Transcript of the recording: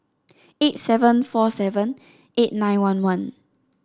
eight seven four seven eight nine one one